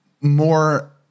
more